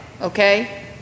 Okay